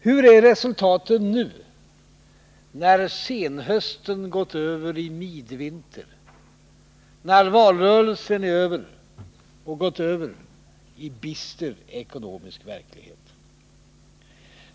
Vilket är resultatet nu när senhösten gått över i midvinter, när valrörelsen har gått över i bister ekonomisk verklighet?